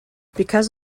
because